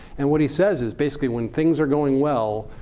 and what he says is basically, when things are going well,